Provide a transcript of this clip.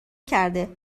کرده